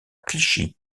clichy